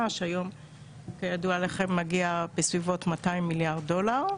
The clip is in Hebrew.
שהיום כידוע לכם מגיעות לבסביבות 200 מיליארד דולר.